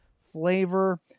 flavor